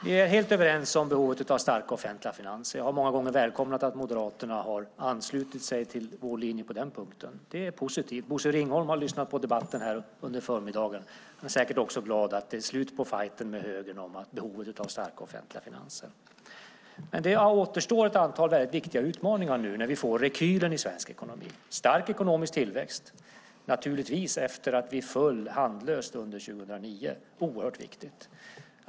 Vi är helt överens om behovet av starka offentliga finanser. Jag har många gånger välkomnat att Moderaterna har anslutit sig till vår linje på den punkten. Det är positivt. Bosse Ringholm har lyssnat på debatten under förmiddagen, och han är säkert också glad över att det är slut på fajten med högern om behovet av starka offentliga finanser. Det återstår nu ett antal viktiga utmaningar när vi får rekylen i svensk ekonomi. Det är stark ekonomisk tillväxt; naturligtvis efter att Sverige föll handlöst under 2009. Det är oerhört viktigt.